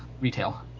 retail